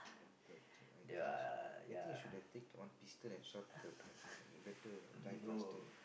but I think I think you should have take on better die faster and burn